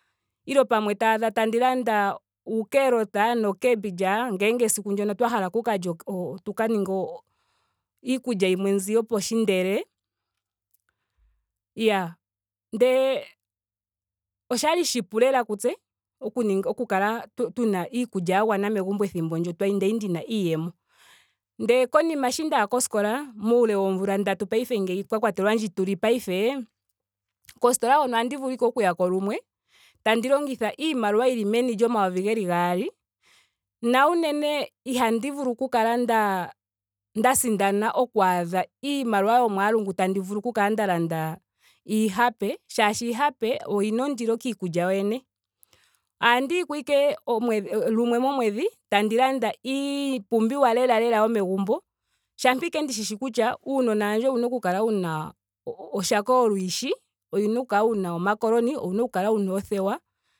Ile pwamwe to adha tandi landa uu carrots no no cabbage ngele esiku ndyoka twa hala tu lye o- tu ka ninge o- iikulya yimwe mbi yopasindele. Iyaa. Ndele oshali oshipu lela kutse oku ninga oku kala tuna iikulyaya gwana methimbo ethimbo ndyo kwali ndina iiyemo. Ndele konima sho ndaya koskola muule woomvula ndatu paife ngeyi mwa kwatelwa ndji tuli paife. kostola hono ohandi vulu ashike okuya ko lumwe. tandi longitha iimaliwa yili meni lyomayovi geli gaali. na unene ihandi vulu oku kala nda- nda sindana okwaadha iimaliwa yomwaalu ngu tandi vulu oku kalanda landa iihape. shaashi iihape oyina ondilo kiikulya yoyene. Ohandi yiko ashike omwedhi. lumwe momwedhi. tandi landa iipumbiwa lelalela yomegumbo. shampa ashike ndi shishi kutya uunona wandje owuna oku kala wuna oshako yolwiishi. owuna oku kala wuna o macaroni. owuna oku kala wuna oothewa